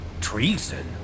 Treason